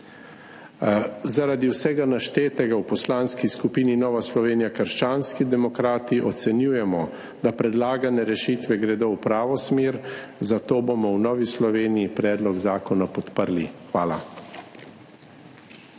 Zaradi vsega naštetega v Poslanski skupini Nova Slovenija – krščanski demokrati ocenjujemo, da gredo predlagane rešitve v pravo smer, zato bomo v Novi Sloveniji predlog zakona podprli. Hvala.